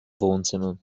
wohnzimmer